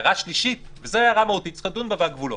הערה שלישית, וזו הערה מהותית, צריך לדון בגבולות.